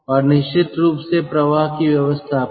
और निश्चित रूप से प्रवाह की व्यवस्था पर